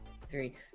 three